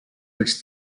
which